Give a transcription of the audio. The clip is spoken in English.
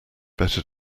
better